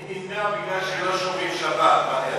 אני נמנע, בגלל שלא שומרים שבת.